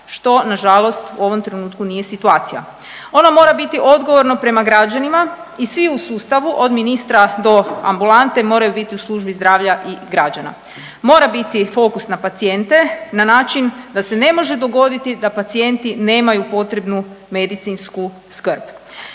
što nažalost u ovom trenutku nije situacija. Ono mora biti odgovorno prema građanima i svi u sustavu od ministra do ambulante moraju biti u službi zdravlja i građana. Mora biti fokus na pacijente na način da se ne može dogoditi da pacijenti nemaju potrebnu medicinsku skrb.